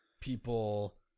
people